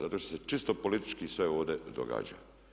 Zato što se čisto politički sve ovdje događa.